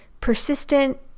persistent